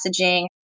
messaging